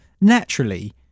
naturally